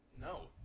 No